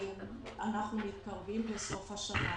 אנחנו מתקרבים לסוף השנה